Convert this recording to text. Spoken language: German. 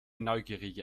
neugierige